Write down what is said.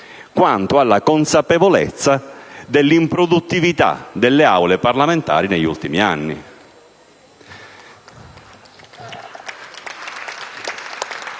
quanto alla consapevolezza dell'improduttività delle Aule parlamentari negli ultimi anni.